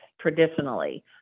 traditionally